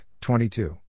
22